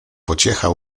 pociecha